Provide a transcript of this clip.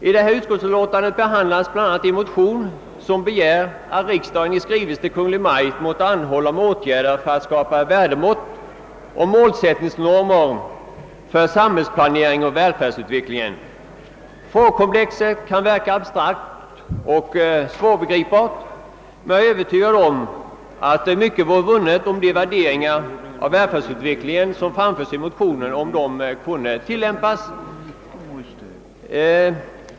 I utskottsutlåtandet behandlas bl a. ett motionspar vari begärs att riksdagen i skrivelse till Kungl. Maj:t måtte anhålla om åtgärder för att skapa värdemått och målsättningsnormer för samhällsplaneringen och = välfärdsutvecklingen. Frågekomplexet kan verka abstrakt och svårgripbart; jag är emellertid övertygad om att mycket vore vunnet om de värderingar av välfärdsutvecklingen som framförs i motionen kunde tillämpas.